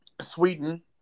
Sweden